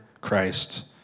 Christ